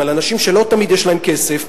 על אנשים שלא תמיד יש להם כסף,